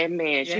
Amen